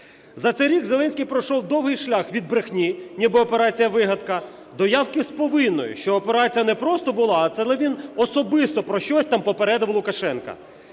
За цей рік Зеленський пройшов довгий шлях від брехні, ніби операція – вигадка, до явки з повинною, що операція не просто була, а це він особисто про щось там попередив Лукашенка.